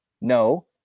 no